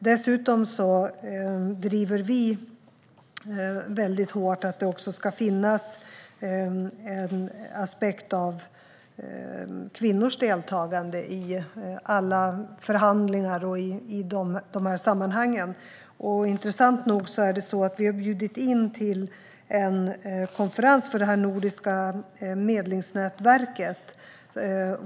Dessutom driver vi väldigt hårt att det också ska finnas en aspekt av kvinnors deltagande i alla förhandlingar i dessa sammanhang. Intressant nog har vi bjudit in till en konferens för det nordiska medlingsnätverket.